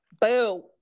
Boo